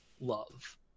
love